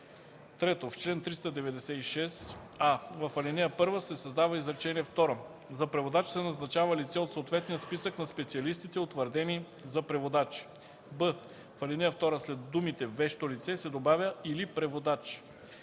3. В чл. 396: а) в ал. 1 се създава изречение второ: „За преводач се назначава лице от съответния списък на специалистите, утвърдени за преводачи.”; б) в ал. 2 след думите „вещо лице” се добавя „или преводач”.